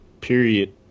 period